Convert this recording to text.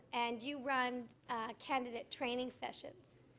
and you run candidate training sessions,